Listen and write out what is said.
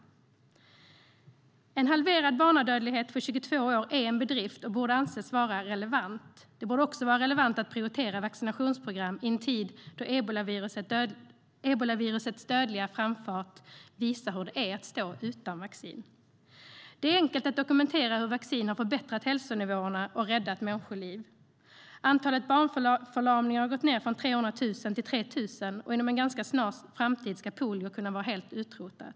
En halverad barnadödlighet på 22 år är en bedrift och borde anses vara relevant. Det borde också vara relevant att prioritera vaccinationsprogram i en tid då ebolavirusets dödliga framfart visar hur det är att stå utan vaccin. Det är enkelt att dokumentera hur vaccin har förbättrat hälsonivåerna och räddat människoliv. Antalet barnförlamningar har gått ned från 300 000 till 3 000, och inom en ganska snar framtid ska polio kunna vara helt utrotat.